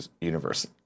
Universe